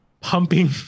pumping